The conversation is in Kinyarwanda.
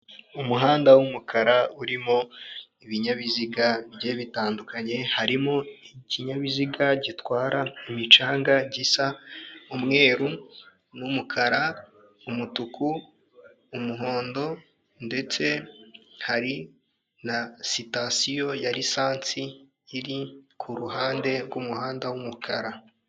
Umuhanda w'umukara urimo ibinyabiziga bigiye bitandukanye harimo ikinyabiziga gitwara imicanga gisa umweru n'umukara, umutuku, umuhondo ndetse hari na sitasiyo ya risansi iri ku ruhande rw'umuhanda w'umukara.